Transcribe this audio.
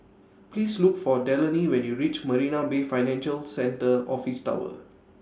Please Look For Delaney when YOU REACH Marina Bay Financial Centre Office Tower